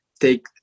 take